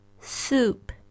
Soup